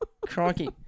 crikey